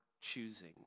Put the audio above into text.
choosing